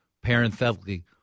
parenthetically